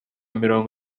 mirongo